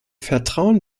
vertrauen